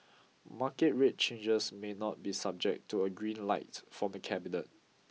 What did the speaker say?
market rate changes may not be subject to a green light for cabinet